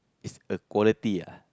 is a quality ah